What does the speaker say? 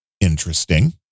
Interesting